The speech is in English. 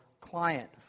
client